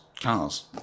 cars